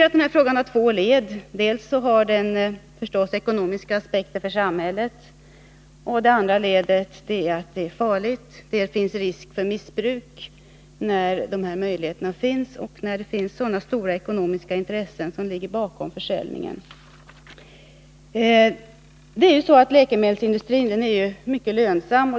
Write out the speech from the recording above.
Den nu aktuella frågan har två led. Det ena gäller de ekonomiska aspekterna för samhället. Det andra ledet är att misshushållning med läkemedel är farligt. Det finns — med tanke på möjligheterna att få läkemedel och de stora ekonomiska intressen som ligger bakom försäljningen — risk för missbruk. Läkemedelsindustrin är mycket lönsam.